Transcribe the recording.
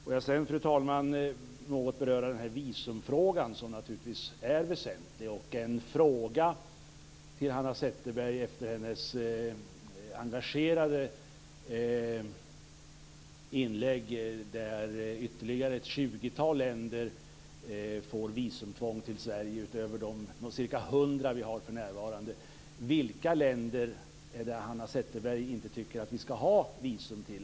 Får jag sedan, fru talman, något beröra den här visumfrågan, som naturligtvis är väsentlig. Jag har en fråga till Hanna Zetterberg efter hennes engagerade inlägg. Ytterligare ett tjugotal länder får visumtvång till Sverige utöver de ca 100 som har det för närvarande. Vilka länder är det som Hanna Zetterberg inte tycker att vi skall ha visum till?